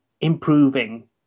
improving